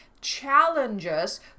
challenges